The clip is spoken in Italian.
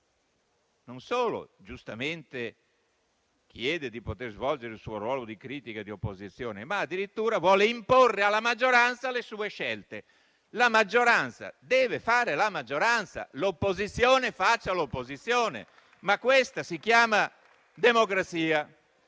- chiede di poter svolgere il suo ruolo di critica e di opposizione, ma addirittura vuole imporre alla maggioranza le sue scelte. La maggioranza deve fare la maggioranza e l'opposizione faccia l'opposizione: questa si chiama democrazia.